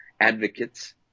advocates